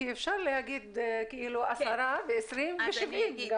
כי אפשר להגיד 10% ו-20% ו-70%.